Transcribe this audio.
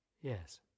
Yes